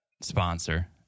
sponsor